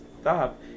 stop